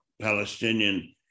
Palestinian